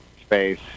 space